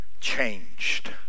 changed